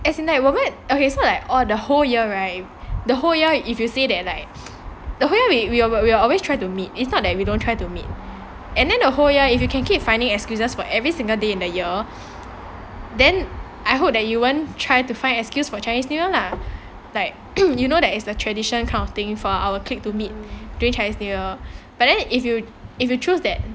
as in like 我们 okay so we like the whole year right the whole year if you say that like the whole year we will we will always try to meet it's not that we don't try to meet and then a whole year if you can keep finding excuses for every single day in the year then I hope that you won't try to find excuse for chinese new year lah like you know that is a tradition kind of thing for our clique to meet during chinese new year but then if you if you choose that